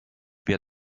wir